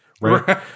Right